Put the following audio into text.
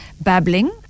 babbling